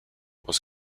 was